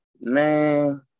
man